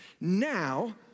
Now